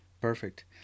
perfect